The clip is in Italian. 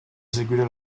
eseguire